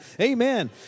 Amen